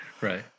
Right